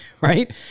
right